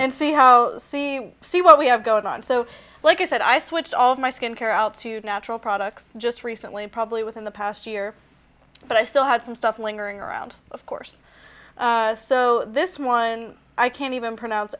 and see how we see what we have going on so like i said i switched all of my skincare out to natural products just recently probably within the past year but i still have some stuff lingering around of course so this one i can't even pronounce